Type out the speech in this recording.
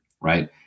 right